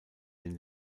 den